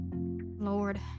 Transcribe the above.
Lord